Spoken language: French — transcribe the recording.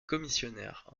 commissionnaire